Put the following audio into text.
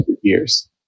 years